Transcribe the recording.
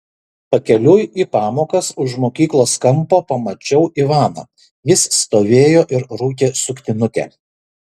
pakeliui į pamokas už mokyklos kampo pamačiau ivaną jis stovėjo ir rūkė suktinukę